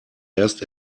erst